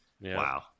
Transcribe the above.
Wow